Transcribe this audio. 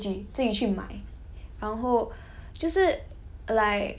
就是如果我要什么我自己出去赚钱自己自己去买